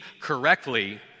correctly